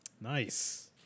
Nice